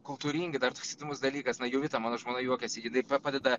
kultūringi dar toks įdomus dalykas na jovita mano žmona juokiasi ji taip pat padeda